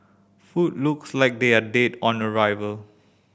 food looks like they are dead on arrival